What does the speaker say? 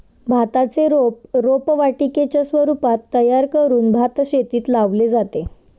भाताचे रोप रोपवाटिकेच्या स्वरूपात तयार करून भातशेतीत लावले जाते